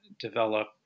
develop